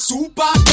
Super